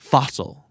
Fossil